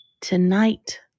Tonight